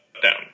Down